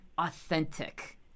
authentic